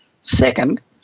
second